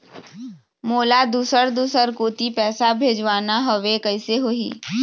मोला दुसर दूसर कोती पैसा भेजवाना हवे, कइसे होही?